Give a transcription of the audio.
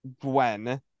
gwen